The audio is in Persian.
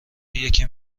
یکی